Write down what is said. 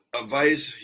advice